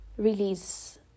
release